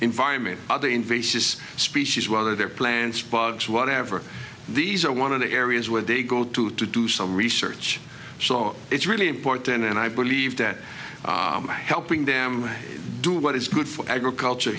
environment other invasive species whether they're plants bugs or whatever these are one of the areas where they go to to do some research so it's really important and i believe that by helping them do what is good for agriculture